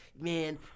man